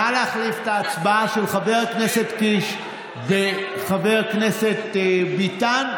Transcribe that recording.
נא להחליף את ההצבעה של חבר הכנסת קיש בחבר הכנסת ביטן,